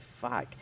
fuck